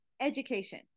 education